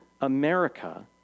America